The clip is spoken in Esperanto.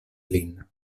lin